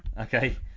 okay